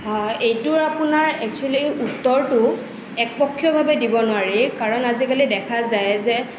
হয় এইটো আপোনাৰ একচুয়েলি উত্তৰটো একপক্ষীয়ভাৱে দিব নোৱাৰি কাৰণ আজিকালি দেখা যায় যে